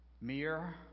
mere